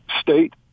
State